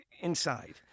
inside